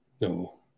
no